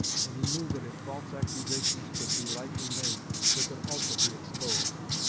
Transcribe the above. and he knew that if false accusations could be lightly made they could also be exposed.